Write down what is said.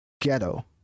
ghetto